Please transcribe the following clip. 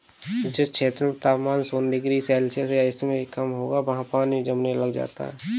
जिस क्षेत्र में तापमान शून्य डिग्री सेल्सियस या इससे भी कम होगा वहाँ पानी जमने लग जाता है